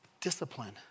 discipline